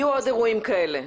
יהיו עוד אירועים כאלה.